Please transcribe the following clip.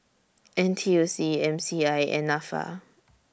N T U C M C I and Nafa